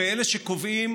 ואלה שקובעים